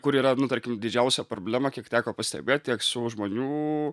kur yra nu tar didžiausia problema kiek teko pastebėt tiek su žmonių